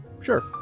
sure